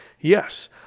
Yes